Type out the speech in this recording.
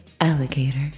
alligator